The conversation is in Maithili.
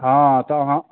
हँ तऽ अहाँ